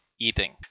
eating